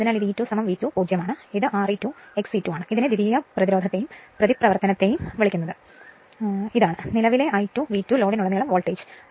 അതിനാൽ ഇത് E2 V2 0 ആണ് ഇത് Re2 XE2 ആണ് ഇതിനെ ദ്വിതീയ പ്രതിരോധത്തെയും പ്രതിപ്രവർത്തനത്തെയും വിളിക്കുന്നത് ഇതാണ് നിലവിലെ I2 V2 ലോഡിലുടനീളം വോൾട്ടേജ്